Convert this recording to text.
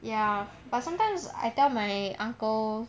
ya but sometimes I tell my uncle